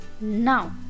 now